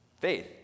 faith